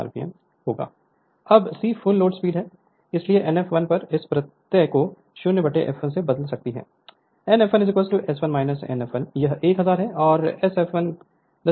Refer Slide Time 0735 अब c full load speed है इसलिए n fl बस इस प्रत्यय को 0 fl से बदल सकती है n fl S1 Sfl यह 1000 है और Sfl 003 है